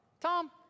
Tom